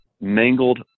mangled